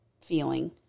feeling